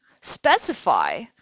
specify